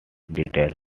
detail